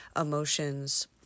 emotions